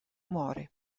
muore